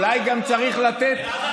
אולי גם צריך לתת,